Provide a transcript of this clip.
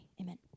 Amen